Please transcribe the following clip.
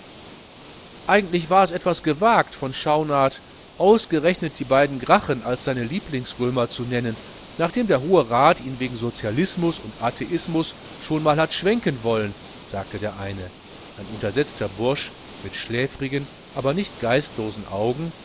eigentlich wars etwas gewagt von schaunard ausgerechnet die beiden gracchen als seine lieblings römer zu nennen nachdem der hohe rat ihn wegen sozialismus und atheismus schon mal hat schwenken wollen sagte der eine ein untersetzter bursch mit schläfrigen aber nicht geistlosen augen